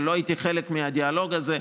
אבל לא הייתי חלק מהדיאלוג הזה.